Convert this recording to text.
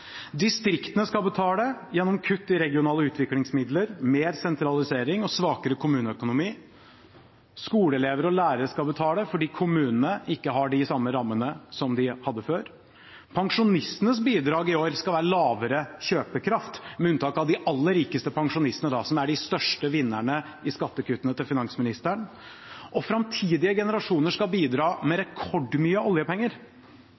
Distriktene skal betale gjennom kutt i regionale utviklingsmidler, mer sentralisering og svakere kommuneøkonomi, skoleelever og lærere skal betale fordi kommunene ikke har de samme rammene som de hadde før, pensjonistenes bidrag i år skal være lavere kjøpekraft – med unntak av de aller rikeste pensjonistene, da, som er de største vinnerne i skattekuttene til finansministeren – og framtidige generasjoner skal bidra med rekordmye oljepenger.